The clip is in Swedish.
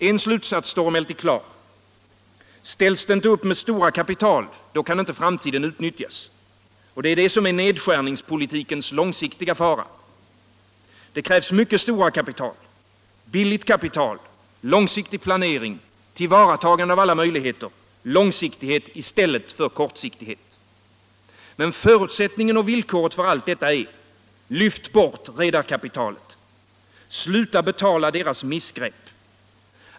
En slutsats står emellertid klar: Ställs det inte upp med stora kapital, då kan inte framtiden utnyttjas. Det är det som är nedskärningspolitikens långsiktiga fara. Det krävs mycket stora kapital. Billigt kapital. Långsiktig planering. Tillvaratagande av alla möjligheter. Långsiktighet i stället för kortsiktighet. Men förutsättningen och villkoret för allt detta är: Lyft bort redarkapitalet. Sluta betala deras missgrepp.